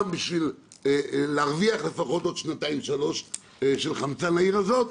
בשביל להרוויח לפחות עוד שנתיים-שלוש של חמצן לעיר הזאת,